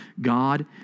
God